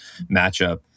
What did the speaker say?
matchup